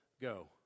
go